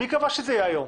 מי קבע שזה יהיה היום?